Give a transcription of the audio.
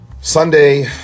Sunday